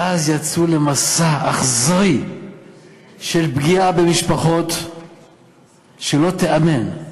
ואז יצאו למסע אכזרי של פגיעה במשפחות שלא תיאמן,